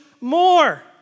more